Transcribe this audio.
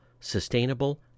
sustainable